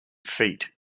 feet